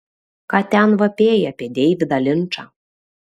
ką ten vapėjai apie deividą linčą